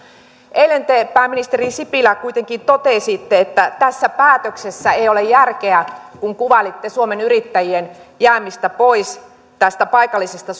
eilen te pääministeri sipilä kuitenkin totesitte että tässä päätöksessä ei ole järkeä kun kuvailitte suomen yrittäjien jäämistä pois tästä paikallisesta